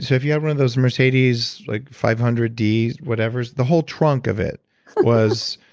so if you had one of those mercedes like five hundred d whatever, the whole trunk of it was.